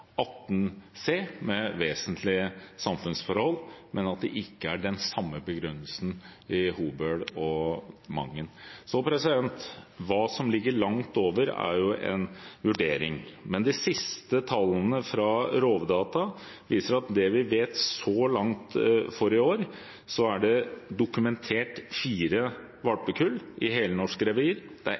18 c, om vesentlige samfunnsforhold, men at samme begrunnelse ikke kan brukes i Hobøl og Mangen. Hva som ligger langt over, er jo en vurdering, men de siste tallene fra Rovdata viser at det vi vet så langt i år, er at det er dokumentert fire valpekull i helnorsk revir.